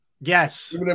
Yes